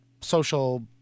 social